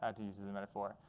ah to use as a metaphor.